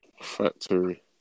Factory